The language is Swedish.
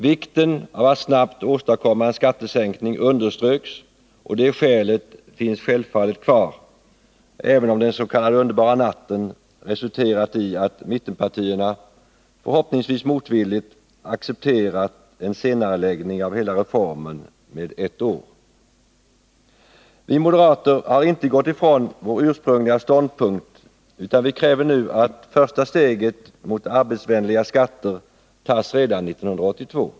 Vikten av att snabbt åstadkomma en skattesänkning underströks, och det skälet finns självfallet kvar även om den s.k. underbara natten resulterat i att mittenpartierna, förhoppningsvis motvilligt, accepterat en senareläggning av hela reformen med ett år. Vi moderater har inte gått ifrån vår ursprungliga ståndpunkt, utan vi kräver nu att första steget mot att arbetsvänliga skatter tas redan 1982.